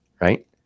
Right